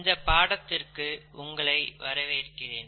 இந்த பாடத்திற்கு உங்களை வரவேற்கிறேன்